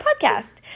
podcast